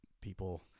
people